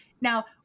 Now